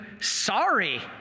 sorry